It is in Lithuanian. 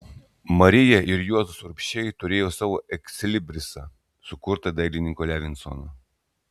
marija ir juozas urbšiai turėjo savo ekslibrisą sukurtą dailininko levinsono